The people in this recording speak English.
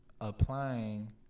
applying